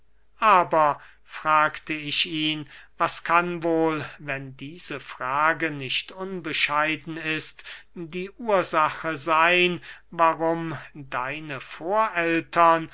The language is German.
aber fragte ich ihn was kann wohl wenn diese frage nicht unbescheiden ist die ursache seyn warum deine vorältern